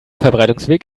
verbreitungsweg